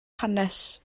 hanes